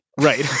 Right